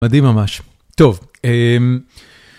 מדהים ממש, טוב.